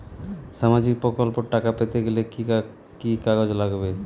সামাজিক প্রকল্পর টাকা পেতে গেলে কি কি কাগজ লাগবে?